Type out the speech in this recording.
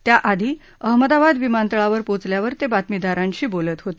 त्याआधी अहमादाबाद विमानतळावर पोचल्यावर ते बातमीदारांशी बोलत होते